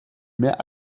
mehr